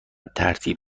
ترتیب